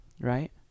right